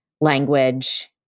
language